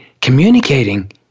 communicating